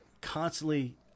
constantly